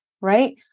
right